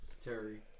Terry